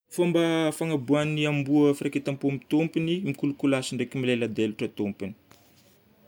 Fomba fagnaboahan'ny amboa firaiketam-po amin'ny tompony: mikolokolasy ndraiky mileladelatra tompony.